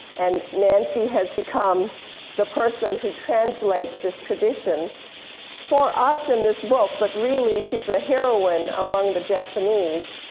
and nancy has become the person who translates this tradition for us in this book. but really she's a heroine among the japanese,